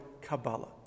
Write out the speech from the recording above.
Kabbalah